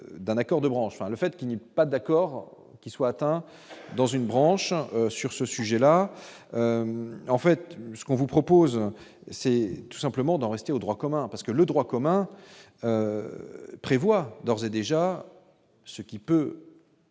d'un accord de branche sur le fait qu'il n'est pas d'accord, qu'il soit atteint dans une branche hein sur ce sujet-là, en fait, ce qu'on vous propose, c'est tout simplement d'en rester au droit commun, parce que le droit commun prévoit d'ores et déjà ce qui peut.